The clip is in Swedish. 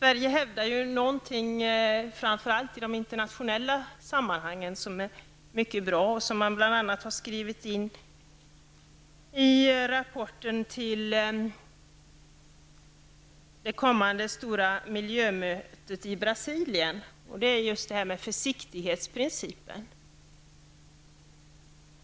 Framför allt i internationella sammanhang hävdar Sverige någonting som är mycket bra och som man bl.a. har skrivit in i rapporten till det kommande stora miljömötet i Brasilien. Det är detta med försiktighetsprincipen.